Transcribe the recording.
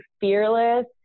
fearless